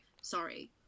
sorry